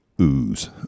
ooze